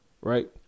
right